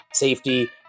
safety